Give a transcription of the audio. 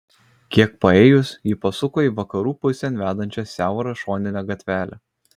kiek paėjus ji pasuko į vakarų pusėn vedančią siaurą šoninę gatvelę